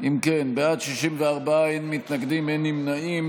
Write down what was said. אם כן, בעד, 64, אין מתנגדים, אין נמנעים.